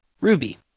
Ruby